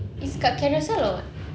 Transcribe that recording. it's kat Carousell or what